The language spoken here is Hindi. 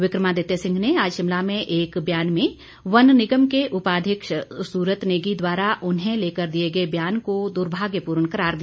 विक्रमादित्य सिंह ने आज शिमला में एक बयान में वन निगम के उपाध्यक्ष सूरत नेगी द्वारा उन्हें लेकर दिए गए बयान को दुर्भाग्यपूर्ण करार दिया